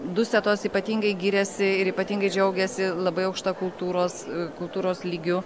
dusetos ypatingai giriasi ir ypatingai džiaugiasi labai aukšta kultūros kultūros lygiu